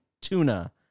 tuna